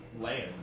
land